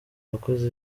wakoze